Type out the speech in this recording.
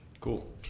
Cool